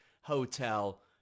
hotel